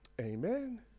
Amen